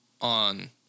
on